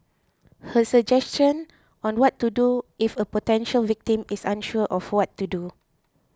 her suggestion on what to do if a potential victim is unsure of what to do